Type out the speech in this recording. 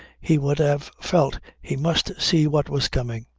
he would have felt he must see what was coming.